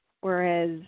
Whereas